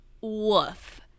Woof